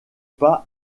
pas